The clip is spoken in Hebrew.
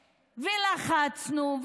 ולחצנו,